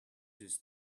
this